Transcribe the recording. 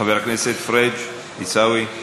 חבר הכנסת עיסאווי פריג'